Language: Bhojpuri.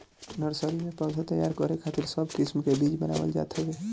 नर्सरी में पौधा तैयार करे खातिर सब किस्म के बीज बनावल जात हवे